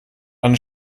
eine